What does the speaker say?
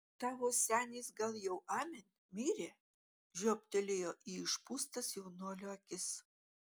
tavo senis gal jau amen mirė žiobtelėjo į išpūstas jaunuolio akis